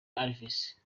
alves